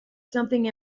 something